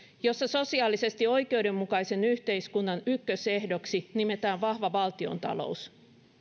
jossa sosiaalisesti oikeudenmukaisen yhteiskunnan ykkösehdoksi nimetään vahva valtiontalous